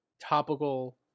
topical